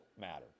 matter